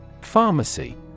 Pharmacy